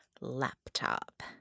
laptop